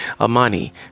Amani